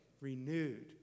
renewed